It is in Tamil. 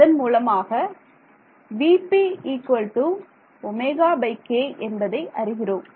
அதன் மூலமாக vp ωk என்பதை அறிகிறோம்